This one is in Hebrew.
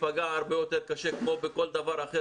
יפגע הרבה יותר קשה כמו בכל דבר אחר